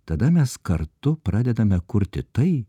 tada mes kartu pradedame kurti tai